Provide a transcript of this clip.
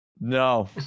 No